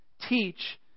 teach